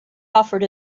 offered